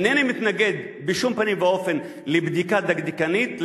אינני מתנגד בשום פנים ואופן לבדיקה דקדקנית,